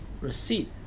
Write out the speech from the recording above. receipt